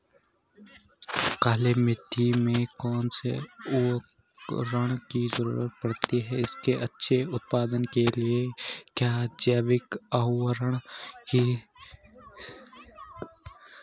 Clay मिट्टी में कौन से उर्वरक की जरूरत पड़ती है इसके अच्छे उत्पादन के लिए क्या जैविक उर्वरक सही रहेगा?